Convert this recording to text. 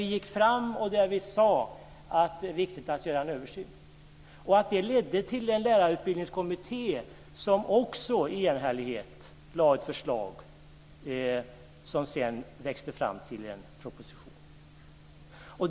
Vi gick fram och sade att det var viktigt att göra en översyn. Det ledde till den lärarutbildningskommitté som också i enhällighet lade fram ett förslag som sedan växte fram till en proposition.